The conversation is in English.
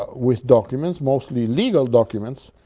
ah with documents, mostly legal documents,